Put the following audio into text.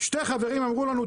שני חברים אמרו לנו,